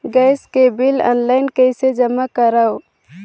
Gas के bill online कइसे जमा करव?